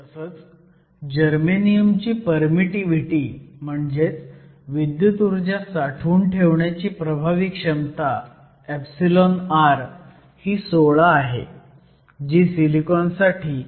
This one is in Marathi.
तसंच जर्मेनियम ची परमिटीव्हीटी म्हणजेच विद्युत ऊर्जा साठवून ठेवण्याची प्रभावी क्षमता εr ही 16 आहे जी सिलिकॉन साठी 11